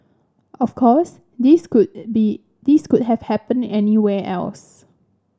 of course this could be this could have happened anywhere else